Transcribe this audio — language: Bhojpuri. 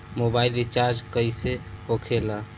मोबाइल रिचार्ज कैसे होखे ला?